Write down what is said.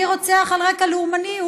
אני רוצח על רקע לאומני.